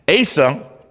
Asa